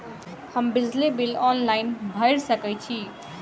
हम बिजली bill online भैर सकै छी?